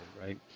right